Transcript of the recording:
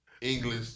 English